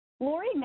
Lori